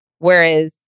Whereas